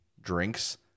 drinks